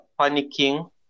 panicking